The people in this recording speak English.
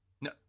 no